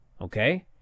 Okay